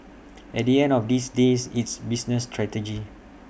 at the end of these day it's business strategy